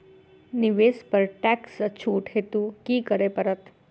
निवेश पर टैक्स सँ छुट हेतु की करै पड़त?